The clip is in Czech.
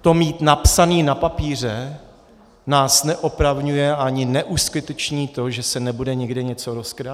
to mít napsané na papíře, nás neopravňuje ani neuskuteční to, že se nebude někde něco rozkrádat.